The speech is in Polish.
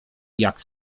jak